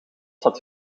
zat